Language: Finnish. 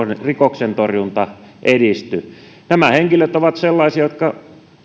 rikoksentorjunta edisty nämä henkilöt ovat sellaisia jotka